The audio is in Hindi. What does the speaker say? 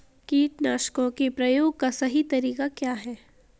कीटनाशकों के प्रयोग का सही तरीका क्या है?